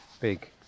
big